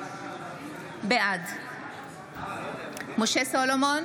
בעד משה סולומון,